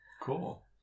Cool